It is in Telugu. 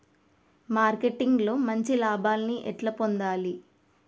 మార్కెటింగ్ లో మంచి లాభాల్ని ఎట్లా పొందాలి?